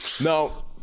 No